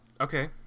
Okay